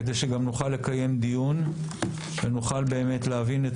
כדי שנוכל לקיים דיון ונוכל באמת להבין את